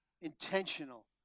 intentional